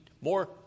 more